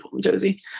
Josie